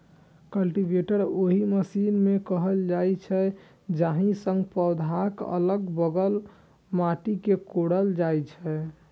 cultivator ओहि machine कें कहल जाइ छै, जाहि सं पौधाक अलग बगल माटि कें कोड़ल जाइ छै